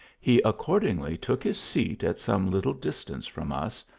he accord ingly took his seat at some little distance from us,